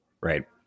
Right